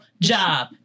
job